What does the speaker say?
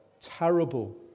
terrible